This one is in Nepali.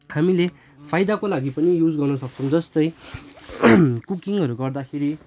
हामीले फाइदाको लागि पनि युज गर्न सक्छौँ जस्तै कुकिङहरू गर्दाखेरि